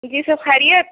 ج جی س خریت